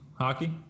hockey